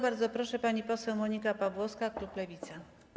Bardzo proszę, pani poseł Monika Pawłowska, klub Lewica.